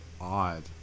odd